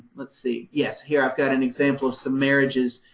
let's see. yes, here i've got an example of some marriages.